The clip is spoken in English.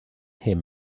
him